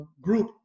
group